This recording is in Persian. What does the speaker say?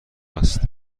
است